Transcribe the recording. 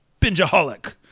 bingeaholic